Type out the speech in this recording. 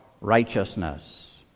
righteousness